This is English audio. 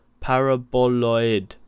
paraboloid